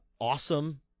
awesome